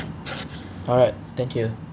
alright thank you